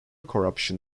corruption